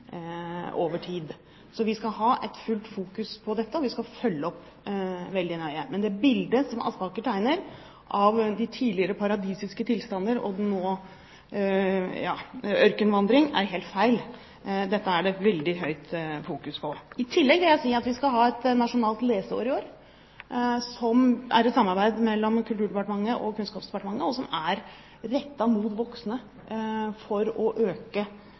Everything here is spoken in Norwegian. Vi skal ha full fokusering på dette og følge det opp veldig nøye. Det bildet Aspaker tegner – paradisiske tilstander tidligere og ørkenvandring nå – er helt feil. Dette er det fokusert sterkt på. I tillegg vil jeg si at vi i år skal ha Nasjonalt leseår, som er et samarbeid mellom Kulturdepartementet og Kunnskapsdepartementet, og som er rettet mot voksne – for å øke